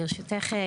ברשותך,